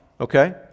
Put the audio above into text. Okay